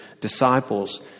disciples